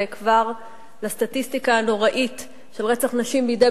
וכבר לסטטיסטיקה הנוראה של רצח נשים בידי